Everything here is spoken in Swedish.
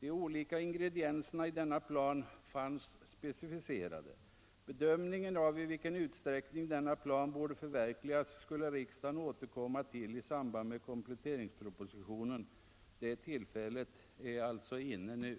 De olika ingredienserna i denna plan fanns specificerade. Bedömningen av i vilken utsträckning denna plan borde förverkligas skulle riksdagen återkomma till i samband med kompletteringspropositionen. Det tillfället är alltså inne nu.